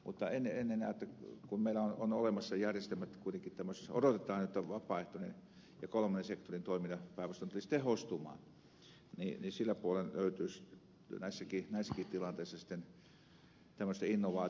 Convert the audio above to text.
mutta kun meillä on olemassa järjestelmät kuitenkin odotetaan että vapaaehtoinen ja kolmannen sektorin toiminta päinvastoin tulisi tehostumaan niin luulisi että sillä puolen löytyisi näissäkin tilanteissa sitten tämmöistä innovaatiota